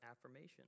affirmation